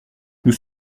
nous